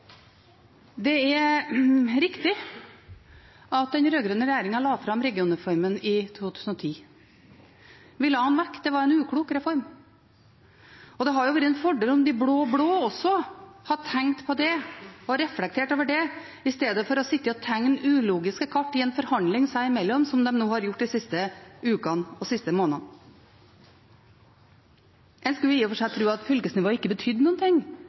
Det er riktig at den rød-grønne regjeringen la fram regionreformen i 2010. Vi la den vekk – det var en uklok reform. Det hadde vært en fordel om de blå-blå også hadde tenkt på det og reflektert over det, i stedet for å sitte og tegne ulogiske kart i en forhandling seg imellom, slik de har gjort de siste ukene og de siste månedene. En skulle i og for seg tro at fylkesnivået ikke betydde